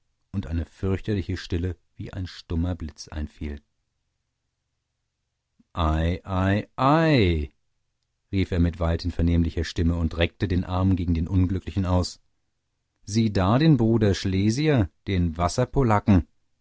und eine fürchterliche stille wie ein stummer blitz einfiel ei ei ei ei rief er mit weithin vernehmlichen stimme und reckte den arm gegen den unglücklichen aus sieh da den bruder schlesier den